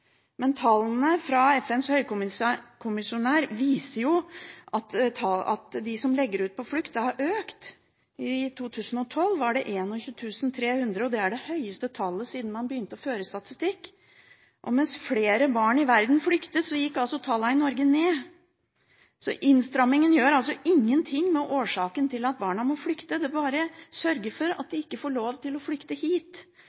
Men tallene fra FNs høykommissær for flyktninger viser at antallet som legger ut på flukt, har økt. I 2012 var det 21 300, og det er det høyeste tallet siden man begynte å føre statistikk. Mens flere barn i verden flykter, gikk tallene i Norge ned, så innstrammingen gjør altså ingenting med årsaken til at barna må flykte, den bare sørger for at de ikke får lov til å flykte hit.